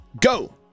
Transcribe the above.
go